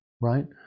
right